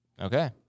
Okay